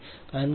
Ia1 EaZ1Z2Zf